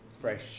fresh